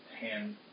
hand